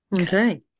Okay